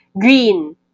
green